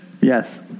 Yes